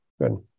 Good